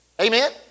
Amen